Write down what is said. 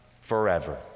forever